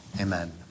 Amen